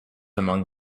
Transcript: among